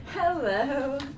Hello